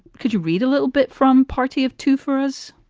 could you read a little bit from party of two for us?